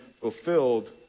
fulfilled